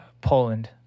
Poland